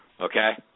Okay